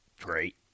great